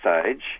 stage